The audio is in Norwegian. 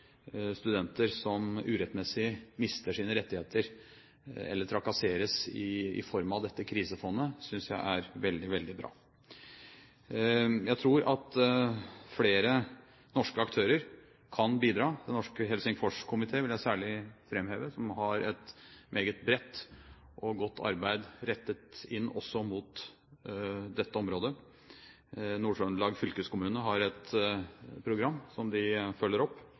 studenter som urettmessig mister sine rettigheter eller trakasseres, i form av dette krisefondet, synes jeg er veldig, veldig bra. Jeg tror at flere norske aktører kan bidra. Den norske Helsingforskomité, som har et meget bredt og godt arbeid rettet inn også mot dette området, vil jeg særlig framheve. Nord-Trøndelag fylkeskommune har et program som de følger opp.